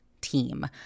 team